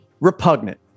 repugnant